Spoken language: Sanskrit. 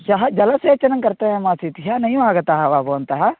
ह्यः जलसेचनं कर्तव्यमासीत् ह्यः नैव आगताः वा भवन्तः